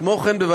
כמו כן,